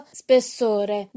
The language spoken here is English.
spessore